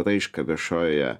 raišką viešojoje